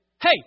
hey